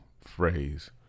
phrase